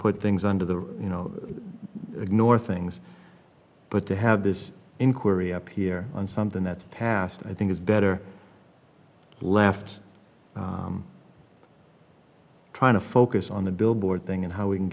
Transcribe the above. put things under the you know ignore things but to have this inquiry up here on something that's passed i think is better left trying to focus on the billboard thing and how we can